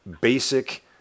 basic